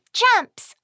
jumps